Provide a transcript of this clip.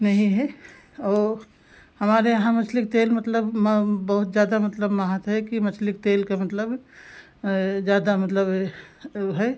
नहीं है ओ हमारे यहाँ मछली के तेल मतलब बहुत ज़्यादा मतलब महत्व है कि मछली के तेल का मतलब ज़्यादा मतलब ए ओ है